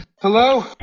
Hello